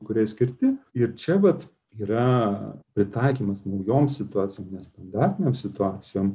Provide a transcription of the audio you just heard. kurie skirti ir čia vat yra pritaikymas naujom situacijom nestandartinėm situacijom